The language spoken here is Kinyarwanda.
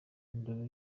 indoro